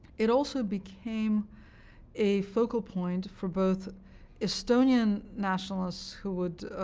it also became a focal point for both estonian nationalists who would